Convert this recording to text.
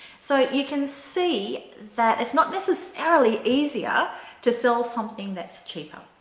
so, you can see that it's not necessarily easier to sell something that's cheaper.